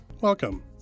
Welcome